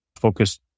focus